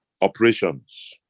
operations